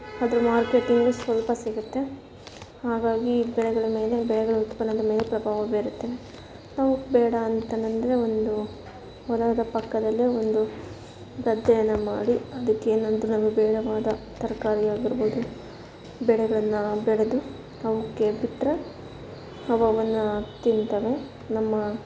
ಅದು ಮಾರ್ಕೆಟಿಗೆ ಸ್ವಲ್ಪ ಸಿಗುತ್ತೆ ಹಾಗಾಗಿ ಬೆಳೆಗಳ ಮೇಲೆ ಬೆಳೆಗಳ ಉತ್ಪನ್ನದ ಮೇಲೆ ಪ್ರಭಾವ ಬೀರುತ್ತೆ ನಾವು ಬೇಡ ಅಂತಂದ್ರೆ ಒಂದು ಹೊಲದ ಪಕ್ಕದಲ್ಲೇ ಒಂದು ಗದ್ದೆಯನ್ನು ಮಾಡಿ ಅದಕ್ಕೆ ನಂತ್ರ ನಮಗೆ ಬೇಡವಾದ ತರಕಾರಿಯಾಗಿರ್ಬೋದು ಬೆಳೆಗಳನ್ನು ಬೆಳೆದು ಅವಕ್ಕೆ ಬಿಟ್ಟರೆ ಅವು ಅವನ್ನು ತಿಂತವೆ ನಮ್ಮ